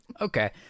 Okay